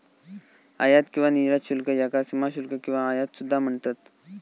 आयात किंवा निर्यात शुल्क याका सीमाशुल्क किंवा आयात सुद्धा म्हणतत